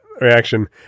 reaction